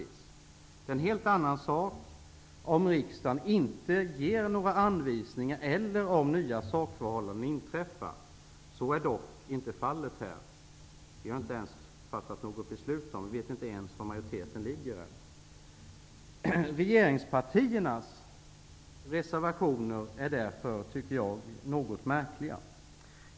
Det är en helt annan sak om riksdagen inte ger några anvisningar eller om nya sakförhållanden uppstår. Så är dock inte fallet här. Man har inte ens fattat beslut, och det är osäkert var majoriteten ligger. Regeringspartiernas reservationer är därför något märkliga.